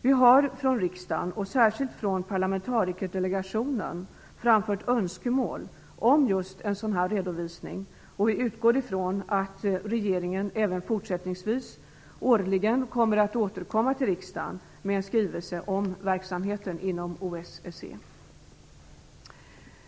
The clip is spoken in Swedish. Vi har från riksdagen, särskilt från Parlamentarikerdelegationen, framfört önskemål om just en sådan här redovisning och utgår från att regeringen även fortsättningsvis årligen återkommer till riksdagen med en skrivelse om verksamheten inom OSSE.